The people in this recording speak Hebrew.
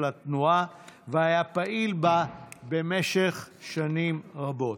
התנועה והיה פעיל בה במשך שנים רבות.